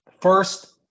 first